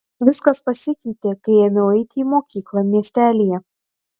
viskas pasikeitė kai ėmiau eiti į mokyklą miestelyje